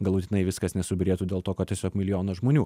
galutinai viskas nesubyrėtų dėl to kad tiesiog milijonas žmonių